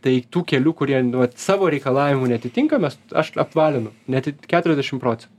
tai tų kelių kurie vat savo reikalavimų neatitinka mes aš apvalinu net į keturiasdešim procentų